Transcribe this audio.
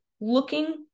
looking